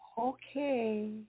okay